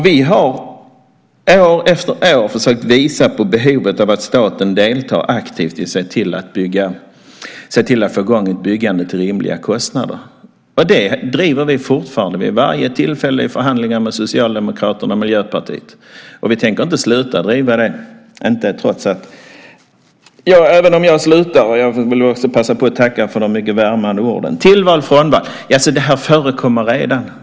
Vi har år efter år försökt påvisa behovet av att staten deltar aktivt i att se till att få i gång ett byggande till rimliga kostnader. Detta driver vi fortfarande vid varje tillfälle i förhandlingar med Socialdemokraterna och Miljöpartiet. Vi tänker inte sluta driva det även om jag slutar - här vill jag också passa på att tacka för de mycket värmande orden. När det gäller tillval och frånval förekommer detta redan.